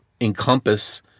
encompass